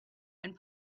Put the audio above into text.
and